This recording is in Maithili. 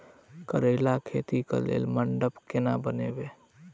करेला खेती कऽ लेल मंडप केना बनैबे?